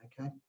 okay